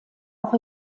auch